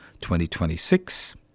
2026